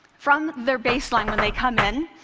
from their baseline when they come in,